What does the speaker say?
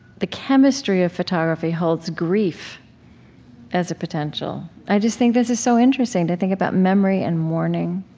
the chemistry of photography holds grief as a potential. i just think this is so interesting, to think about memory and mourning,